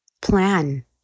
plan